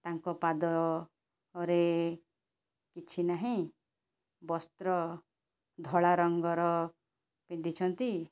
ତାଙ୍କ ପାଦରେ କିଛି ନାହିଁ ବସ୍ତ୍ର ଧଳା ରଙ୍ଗର ପିନ୍ଧିଛନ୍ତି